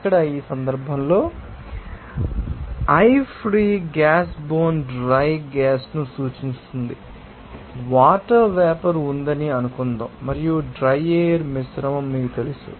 ఇక్కడ ఈ సందర్భంలో I free gas bone dry gas ను సూచిస్తుంది వాటర్ వేపర్ ఉందని అనుకుందాం మరియు డ్రై ఎయిర్ మిశ్రమం మీకు తెలుసు